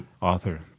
author